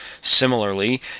Similarly